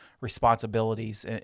responsibilities